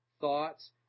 thoughts